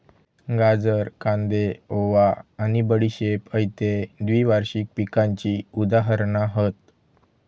गाजर, कांदे, ओवा आणि बडीशेप हयते द्विवार्षिक पिकांची उदाहरणा हत